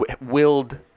willed